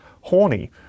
horny